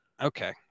Okay